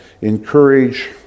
encourage